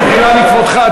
במחילה מכבודך,